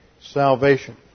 Salvation